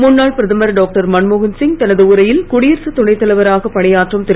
முன்னாள் பிரதமர் டாக்டர் மன்மோகன் சிங் தனது உரையில் குடியரசு துணை தலைவராக பணியாற்றும் திரு